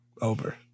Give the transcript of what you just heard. Over